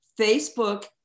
Facebook